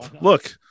look